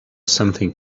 something